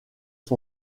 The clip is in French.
son